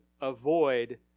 avoid